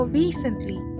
recently